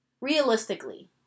Realistically